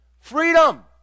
Freedom